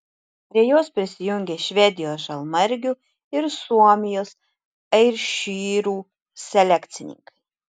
prie jos prisijungė švedijos žalmargių ir suomijos airšyrų selekcininkai